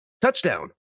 Touchdown